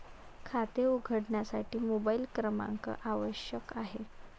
खाते उघडण्यासाठी मोबाइल क्रमांक आवश्यक आहे